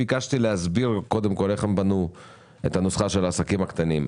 ביקשתי להסביר קודם כול איך הם בנו את הנוסחה של העסקים הקטנים.